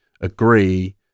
agree